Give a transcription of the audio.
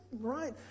right